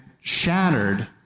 shattered